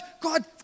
God